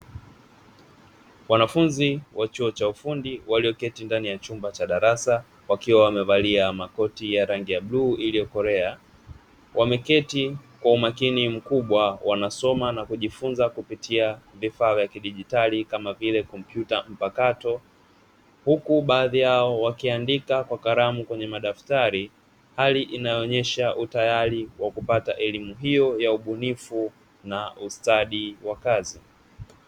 Wanafunzi wa chuo cha ufundi walioketi ndani ya chumba cha darasa; wakiwa wamevalia makoti ya bluu iliyokolea, wameketi kwa umakini mkubwa wanasoma na kujifunza kupitia vifaa vya kidigitali kama vile kompyuta mpakato, huku baadhi yao wakiandika kwa kalamu kwenye madaftari hali inayoonyesha utayari wa kupata elimu hiyo ya ubunifu na ustadi wa kazi.